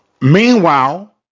Meanwhile